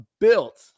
built